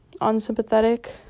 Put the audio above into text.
unsympathetic